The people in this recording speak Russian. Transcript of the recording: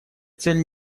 цель